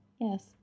Yes